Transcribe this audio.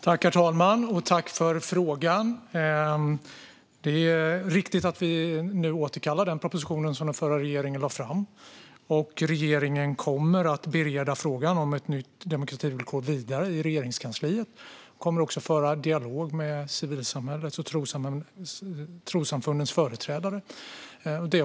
Herr talman! Det är riktigt att vi återkallar den proposition som den förra regeringen lade fram, och regeringen kommer att bereda frågan om ett nytt demokrativillkor vidare i Regeringskansliet. Vi kommer också att föra dialog med civilsamhället och trossamfundens företrädare.